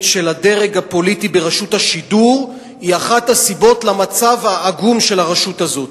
של הדרג הפוליטי ברשות השידור היא אחת הסיבות למצב העגום של הרשות הזאת.